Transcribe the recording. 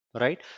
right